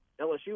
LSU